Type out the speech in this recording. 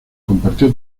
compartió